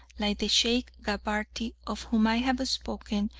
like the sheikh gabarty of whom i have spoken,